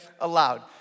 aloud